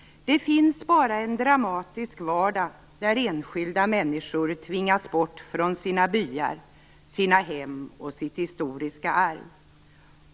Det finns bara en dramatisk vardag där enskilda människor tvingats bort från sina byar, sina hem och sitt historiska arv.